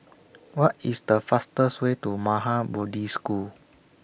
What IS The fastest Way to Maha Bodhi School